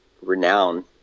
renowned